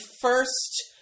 first